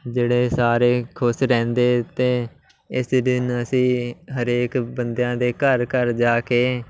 ਜਿਹੜੇ ਸਾਰੇ ਖੁਸ਼ ਰਹਿੰਦੇ ਅਤੇ ਇਸ ਦਿਨ ਅਸੀਂ ਹਰੇਕ ਬੰਦਿਆਂ ਦੇ ਘਰ ਘਰ ਜਾ ਕੇ